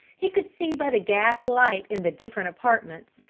he could see by the gas light in the different apartments,